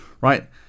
right